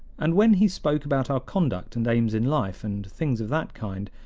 and when he spoke about our conduct and aims in life, and things of that kind,